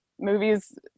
movies